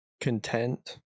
Content